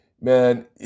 Man